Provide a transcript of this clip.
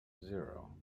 zero